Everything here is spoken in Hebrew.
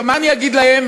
הוא לא עולה היום?